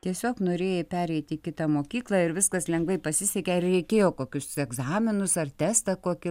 tiesiog norėjai pereiti į kitą mokyklą ir viskas lengvai pasisekė ar reikėjo kokius egzaminus ar testą kokį